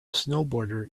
snowboarder